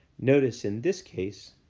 notice in this case,